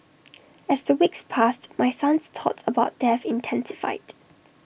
as the weeks passed my son's thoughts about death intensified